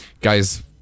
Guys